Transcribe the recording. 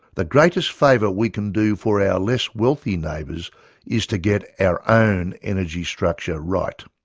the greatest favour we can do for our less wealthy neighbours is to get our own energy structure right.